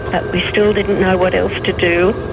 but we still didn't know what else to do.